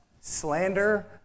slander